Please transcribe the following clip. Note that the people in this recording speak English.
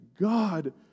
God